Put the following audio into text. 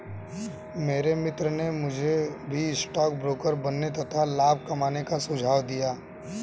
मेरे मित्र ने मुझे भी स्टॉक ब्रोकर बनने तथा लाभ कमाने का सुझाव दिया